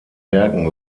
werken